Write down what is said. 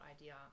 idea